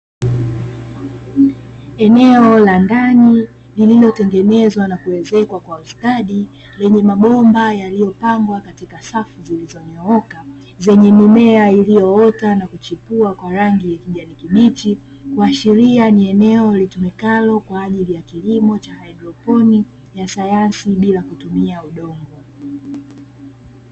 Eneo la ndani lililotengenezwa na kuezekwa kwa ustadi. Lenye mabomba yaliyopangwa katika safu zilizonyooka, zenye mimea iliyoota na kuchipua wa rangi ya kijani kibichi. Kuashiria kuwa ni eneo litumikalo kwa ajili ya kilimo cha haidroponi, ya sayansi bila kutumia udongo.